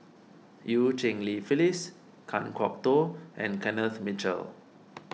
Eu Cheng Li Phyllis Kan Kwok Toh and Kenneth Mitchell